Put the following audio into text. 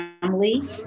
family